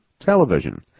television